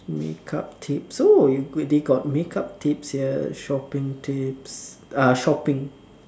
make up tips oh they got makeup tips here shopping tips uh shopping